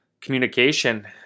communication